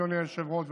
אדוני היושב-ראש,